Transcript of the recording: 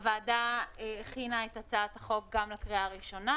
הוועדה הכינה את הצעת החוק לקריאה הראשונה